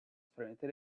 permitted